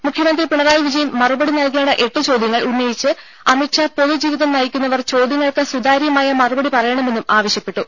മുഖ്യമന്ത്രി പിണറായി വിജയൻ മറുപടി നൽകേണ്ട എട്ട് ചോദ്യങ്ങൾ ഉന്നയിച്ച അമിത്ഷാ പൊതുജീവിതം നയിക്കുന്നവർ ചോദ്യങ്ങൾക്ക് സുതാര്യമായ മറുപടി പറയണമെന്നും ആവശ്യപ്പെട്ടു